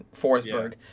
Forsberg